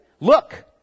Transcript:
Look